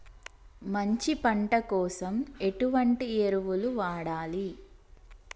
మంచి పంట కోసం ఎటువంటి ఎరువులు వాడాలి?